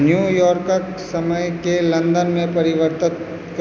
न्यूयॉर्कक समयकेॅं लंदनमे परिवर्तित करू